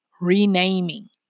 renaming